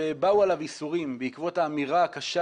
ובאו עליו ייסורים בעקבות האמירה הקשה